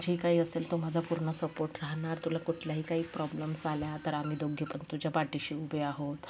जे काही असेल तर माझा पूर्ण सपोर्ट राहणार तुला कुठलाही काही प्रॉब्लेम्स आल्या तर आम्ही दोघे पण तुझ्या पाठीशी उभे आहोत